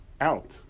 out